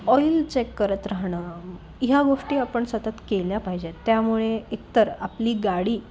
oil check करत राहणं ह्या गोष्टी आपण सतत केल्या पाहिजेत त्यामुळे एकतर आपली गाडी